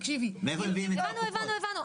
אבל עידית, הסכום, תקשיבי --- הבנו, הבנו.